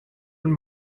und